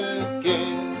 again